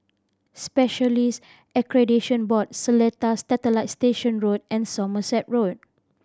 Specialist Accreditation Board Seletar Satellite Station Road and Somerset Road